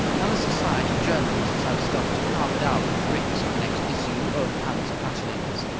and the society journalists have started to carve it out on bricks for the next issue of palace prattlings.